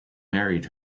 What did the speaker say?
married